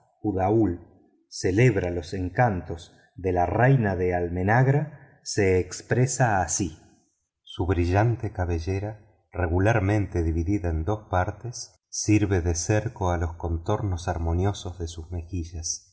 uddaul celebra los encantos de la reina de almehnagra se expresa así su brillante cabellera regularmente dividida en dos partes sirve de cerco a los contornos armoniosos de sus mejillas